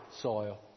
soil